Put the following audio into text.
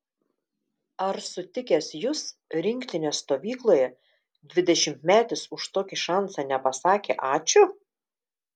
ar sutikęs jus rinktinės stovykloje dvidešimtmetis už tokį šansą nepasakė ačiū